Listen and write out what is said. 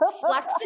flexible